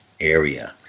Area